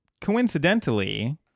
coincidentally